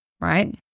right